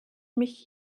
mich